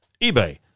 eBay